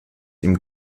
ihm